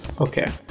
Okay